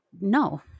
no